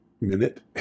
minute